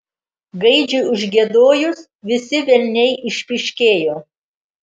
gaidžiui užgiedojus visi velniai išpyškėjo